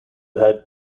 had